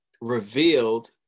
revealed